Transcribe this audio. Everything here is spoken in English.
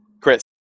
Chris